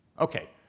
okay